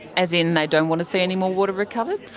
as in they don't want to see any more water recovered?